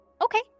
okay